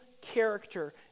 character